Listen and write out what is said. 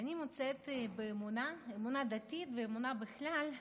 ואני מוצאת באמונה, אמונה דתית ואמונה בכלל,